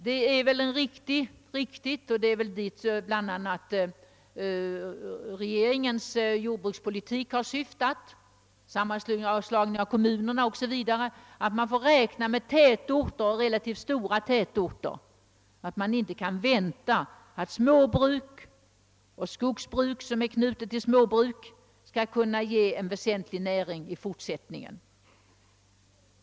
Det är väl riktigt — och det är dit bl.a. regeringens jordbruks politik och sammanslagningen av kommunerna har syftat — att man får räkna med relativt stora tätorter och att man inte kan vänta, att småbruk och skogsbruk, som är knutet till småbruk, skall kunna hävda sig i fortsättningen.